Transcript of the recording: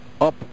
up